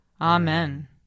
Amen